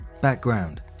background